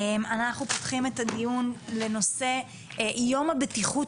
אנחנו פותחים את הדיון לנושא יום הבטיחות